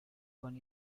con